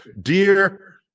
dear